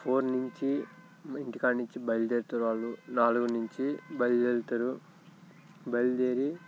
four నుంచి ఇంటికాడ నుంచి బయలుదేరుతారు వాళ్ళు నాలుగు నుంచి బయలుదేరుతారు బయలుదేరి